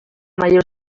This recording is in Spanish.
mayor